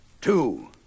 Two